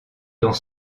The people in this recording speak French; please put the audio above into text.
dans